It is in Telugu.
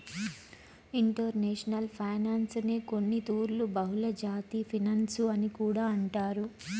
ఇంటర్నేషనల్ ఫైనాన్సునే కొన్నితూర్లు బహుళజాతి ఫినన్సు అని కూడా అంటారు